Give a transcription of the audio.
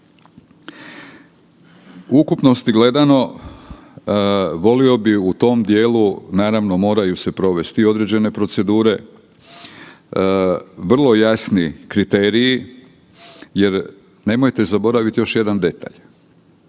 ukupnosti gledano volio bih u tom dijelu, naravno moraju se provesti i određene procedure, vrlo jasni kriteriji jer nemojte zaboraviti još jedan detalj